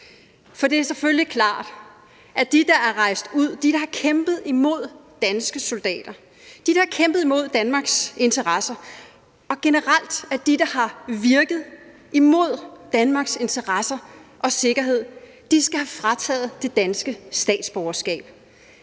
mod. Det er selvfølgelig klart, at de, der er rejst ud, de, der har kæmpet imod danske soldater, de, der har kæmpet imod danske interesser, og de, der generelt har virket imod Danmarks interesser og sikkerhed, skal have frataget det danske statsborgerskab.